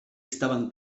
estaban